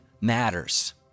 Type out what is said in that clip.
matters